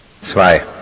Zwei